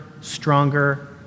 stronger